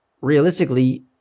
realistically